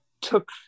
took